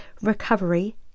recovery